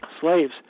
slaves